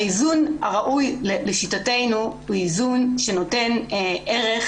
האיזון הראוי לשיטתנו הוא איזון שנותן ערך